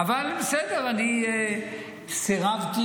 אבל בסדר, אני סירבתי.